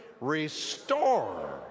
restore